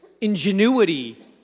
ingenuity